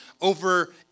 over